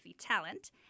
talent